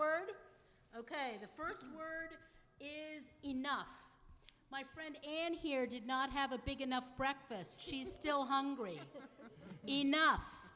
word ok the first word is enough my friend in here did not have a big enough breakfast she's still hungry enough